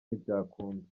ntibyakunda